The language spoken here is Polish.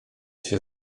się